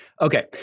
okay